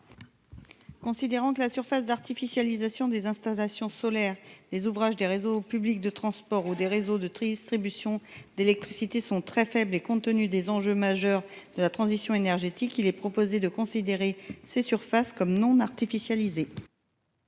Considérant que les surfaces d'artificialisation des installations solaires des ouvrages des réseaux publics de transport ou des réseaux de distribution d'électricité sont très faibles et compte tenu des enjeux majeurs de la transition énergétique, il est proposé de considérer ces surfaces comme non artificialisées.